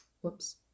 whoops